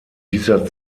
dieser